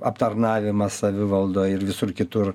aptarnavimas savivaldoj ir visur kitur